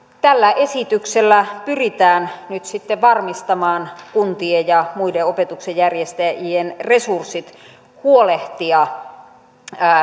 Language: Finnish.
tällä esityksellä pyritään nyt sitten varmistamaan kuntien ja muiden opetuksen järjestäjien resurssit huolehtia